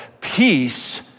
peace